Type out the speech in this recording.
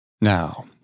now